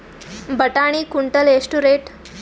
ಬಟಾಣಿ ಕುಂಟಲ ಎಷ್ಟು ರೇಟ್?